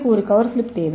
ஒரு cover slip தேவை